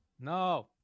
No